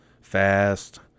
fast